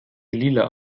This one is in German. lila